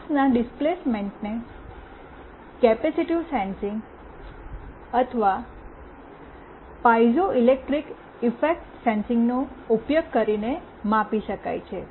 માસના ડિસ્પ્લેસમેન્ટને capacitive sensing અથવા પાઇઝોઇલેક્ટ્રિક ઇફેક્ટ સેન્સિંગનો ઉપયોગ કરીને માપી શકાય છે